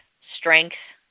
strength